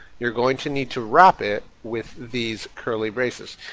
you're going to need to wrap it with these curly braces.